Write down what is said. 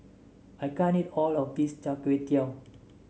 I can't eat all of this Char Kway Teow